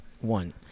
One